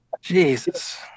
Jesus